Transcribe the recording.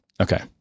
Okay